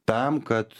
tam kad